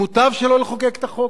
מוטב שלא לחוקק את החוק.